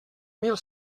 mil